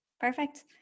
Perfect